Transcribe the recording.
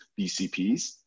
BCPs